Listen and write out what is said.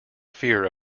fear